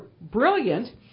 brilliant